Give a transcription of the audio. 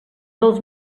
dos